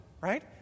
right